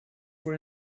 were